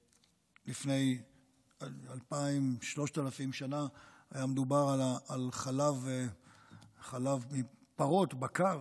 שלפני אלפיים או שלושת אלפיים שנה היה מדובר על חלב מפרות בקר.